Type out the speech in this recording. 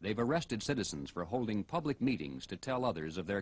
they've arrested citizens for holding public meetings to tell others of their